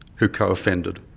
who co-offended.